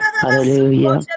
Hallelujah